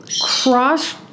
cross-